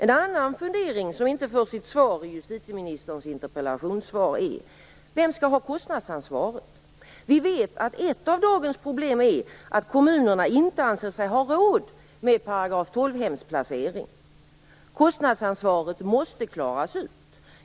En annan fundering som inte får sitt svar i justitieministerns interpellationssvar är: Vem skall ha kostnadsansvaret? Vi vet att ett av dagens problem är att kommunerna inte anser sig ha råd med § 12 hemsplacering. Kostnadsansvaret måste klaras ut.